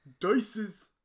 Dices